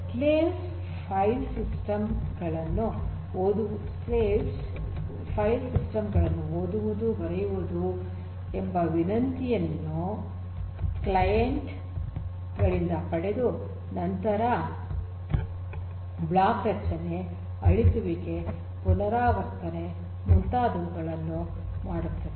slaves file system ಗಳನ್ನು ಓದುವುದು ಬರೆಯುವುದು ಎಂಬ ವಿನಂತಿಯನ್ನು ಕ್ಲೈಂಟ್ ಗಳಿಂದ ಪಡೆದು ನಂತರ ಬ್ಲಾಕ್ ರಚನೆ ಅಳಿಸುವಿಕೆ ಪುನರಾವರ್ತನೆ ಮತ್ತು ಮುಂತಾದವುಗಳನ್ನು ಮಾಡುತ್ತದೆ